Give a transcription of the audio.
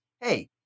hey